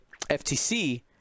FTC